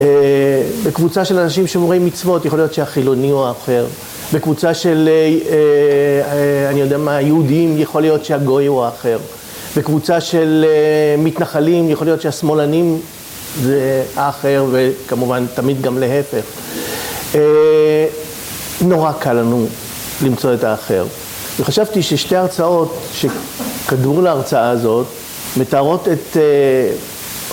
בקבוצה של אנשים שומרי מצוות יכול להיות שהחילוני הוא האחר, בקבוצה של אני יודע מה, יהודים יכול להיות שהגוי הוא האחר, בקבוצה של מתנחלים יכול להיות שהשמאלנים זה האחר וכמובן תמיד גם להפך. נורא קל לנו למצוא את האחר וחשבתי ששתי הרצאות שקדמו להרצאה הזאת מתארות את